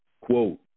Quote